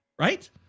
Right